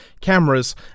cameras